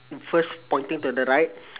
first pointing to the right